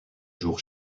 jour